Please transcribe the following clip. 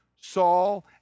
Saul